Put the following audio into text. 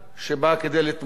שבא כדי לתמוך